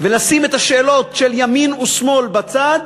ולשים את השאלות של ימין ושמאל בצד